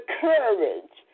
courage